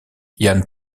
jan